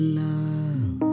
love